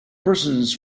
persons